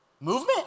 Movement